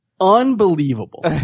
Unbelievable